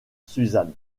suzanne